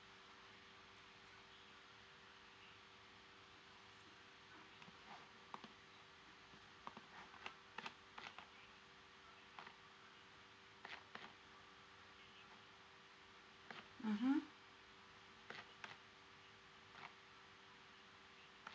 mmhmm